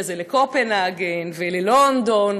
אחרי זה לקופנהגן וללונדון,